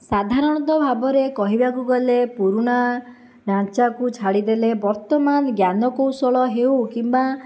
ସାଧାରଣତଃ ଭାବରେ କହିବାକୁ ଗଲେ ପୁରୁଣା ଢାଞ୍ଚାକୁ ଛାଡ଼ିଦେଲେ ବର୍ତ୍ତମାନ ଜ୍ଞାନକୌଶଳ ହେଉ କିମ୍ବା